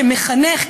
כמחנך,